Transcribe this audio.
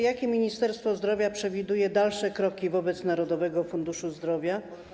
Jakie Ministerstwo Zdrowia przewiduje dalsze kroki wobec Narodowego Funduszu Zdrowia?